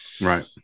Right